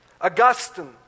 Augustine